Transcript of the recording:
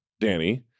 Danny